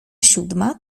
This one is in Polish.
siódma